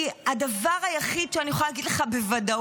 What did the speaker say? כי הדבר היחיד שאני יכולה להגיד לך בוודאות